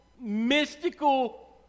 mystical